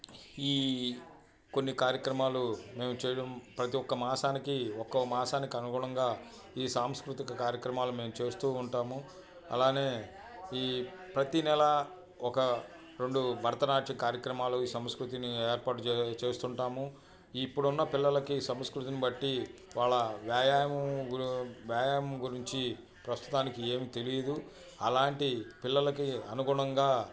ఈ కొన్ని కార్యక్రమాలు మేము చేయటం ప్రతి ఒక్క మాసానికి ఒక్కో మాసానికి అనుగుణంగా ఈ సంస్కృతిక కార్యక్రమాలు మేము చేస్తూ ఉంటాము అలానే ఈ ప్రతి నెలా ఒక రెండు భరతనాట్య కార్యక్రమాలు సంస్కృతిని ఏర్పాటు చేస్తుంటాము ఇప్పుడున్న పిల్లలకి సంస్కృతిని బట్టి వాళ్ళ వ్యాయామం వ్యాయామం గురించి ప్రస్తుతానికి ఏమి తెలియదు అలాంటి పిల్లలకి అనుగుణంగా